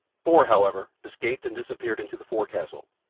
four, however, escaped and disappeared into the forecastle,